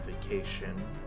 vacation